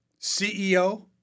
CEO